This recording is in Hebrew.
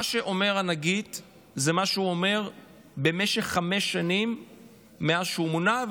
מה שאומר הנגיד זה מה שהוא אומר במשך חמש שנים מאז שהוא מונה,